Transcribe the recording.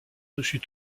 dessus